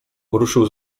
ruszył